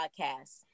podcast